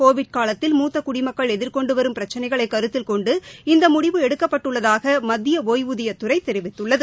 Covid காலத்தில் மூத்த குடிமக்கள் எதிர்கொண்டு வரும் பிரச்சினைகளை கருத்தில் கொண்டு இந்த முடிவு எடுக்கப்பட்டுள்ளதாக மத்திய ஒய்வூதிய துறை தெரிவித்துள்ளது